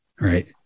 Right